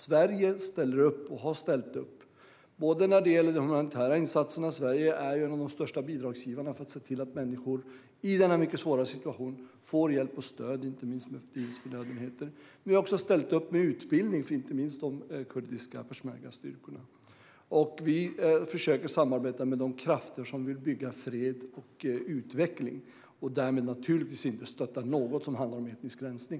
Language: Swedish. Sverige ställer upp och har ställt upp. När det gäller de humanitära insatserna är Sverige en av de största bidragsgivarna för att se till att människor i den här mycket svåra situationen får hjälp och stöd, inte minst förnödenheter. Vi har också ställt upp med utbildning av de kurdiska peshmergastyrkorna. Vi försöker att samarbeta med de krafter som vill bygga fred och utveckling. Därmed stöttar vi naturligtvis inte något som handlar om etnisk rensning.